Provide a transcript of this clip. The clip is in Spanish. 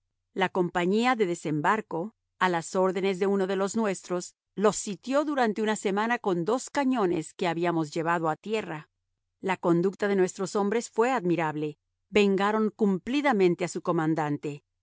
la compañía de desembarco a las órdenes de uno de los nuestros los sitió durante una semana con dos cañones que habíamos llevado a tierra la conducta de nuestros hombres fue admirable vengaron cumplidamente a su comandante